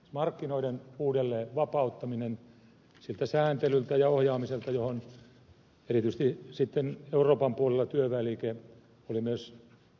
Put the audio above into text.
siis markkinoiden uudelleen vapauttaminen siltä sääntelyltä ja ohjaamiselta johon erityisesti euroopan puolella työväenliike oli myös